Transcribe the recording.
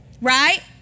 Right